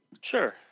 Sure